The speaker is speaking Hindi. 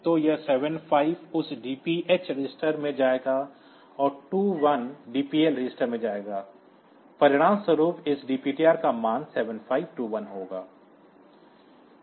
तो यह 75 उस DPH रजिस्टर में जाएगा और 21 DPL रजिस्टर में जाएगा परिणामस्वरूप इस DPTR का मान 7521 होगा